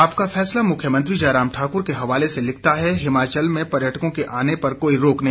आपका फैसला मुख्यमंत्री जयराम ठाकुर के हवाले से लिखता है हिमाचल में पर्यटकों के आने पर कोई रोक नहीं